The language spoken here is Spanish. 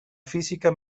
física